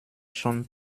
schon